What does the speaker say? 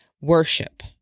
worship